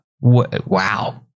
Wow